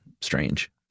strange